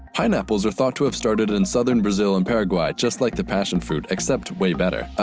pineapples are thought to have started in southern brazil and paraguay. just like the passion fruit, except way better. ah,